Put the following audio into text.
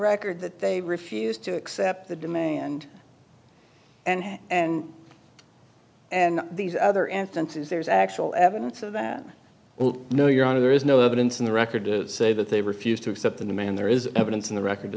record that they refused to accept the demand and and and these other instances there's actual evidence of that no your honor there is no evidence in the record to say that they refused to accept the demand there is evidence in the record to